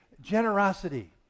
Generosity